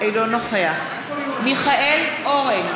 אינו נוכח מיכאל אורן,